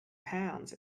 pounds